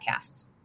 podcasts